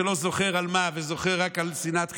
שלא זוכר על מה וזוכר רק על שנאת חינם,